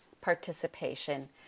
participation